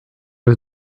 was